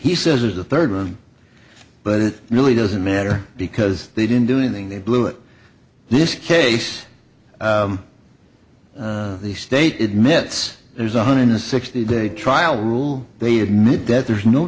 he says is the third one but it really doesn't matter because they didn't do anything they blew it this case the state admits there's one hundred sixty day trial rule they admit that there's no